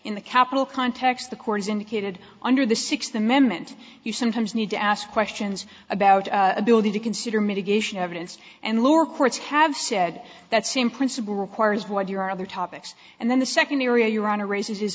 in the capital context the court has indicated under the sixth amendment you sometimes need to ask questions about ability to consider mitigation evidence and lower courts have said that same principle requires what your other topics and then the second area you run a race